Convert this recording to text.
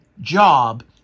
job